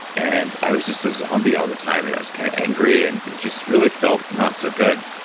and i was just a zombie all the time. and i was kind of angry and and just really felt not so good.